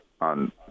on